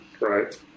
right